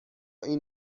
این